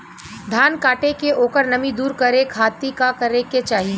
धान कांटेके ओकर नमी दूर करे खाती का करे के चाही?